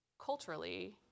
culturally